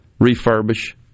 refurbish